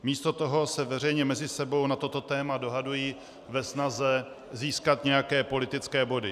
Místo toho se veřejně mezi sebou na toto téma dohadují ve snaze získat nějaké politické body.